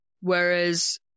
Whereas